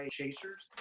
chasers